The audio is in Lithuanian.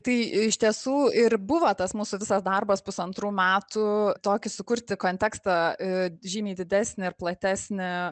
tai iš tiesų ir buvo tas mūsų visas darbas pusantrų metų tokį sukurti kontekstą žymiai didesnį ir platesnį